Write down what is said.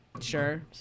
Sure